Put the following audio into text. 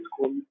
school